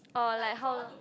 or like how